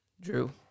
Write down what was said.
Drew